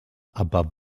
above